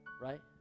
right